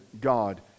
God